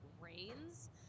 rains